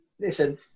Listen